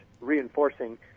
reinforcing